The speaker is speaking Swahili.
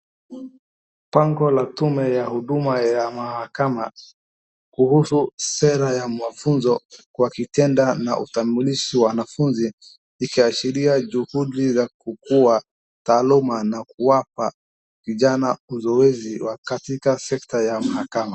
Bango la tume ya kuhuduma ya mahakama kuhusu sera ya mafunzo kwa kitenda na utambulishi wa wanafunzi ikiashiria juhudi ya kukuza taaluma na kuwapa kijana uzoezi katika sekta ya mahakama.